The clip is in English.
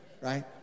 right